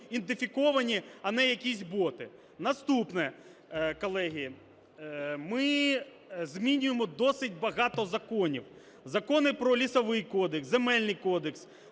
ідентифіковані, а не якісь боти. Наступне, колеги. Ми змінюємо досить багато законів. Закони про Лісовий кодекс, Земельний кодекс,